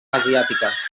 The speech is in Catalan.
asiàtiques